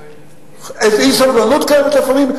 איזה אי-סובלנות קיימת לפעמים?